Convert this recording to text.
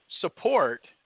support